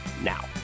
now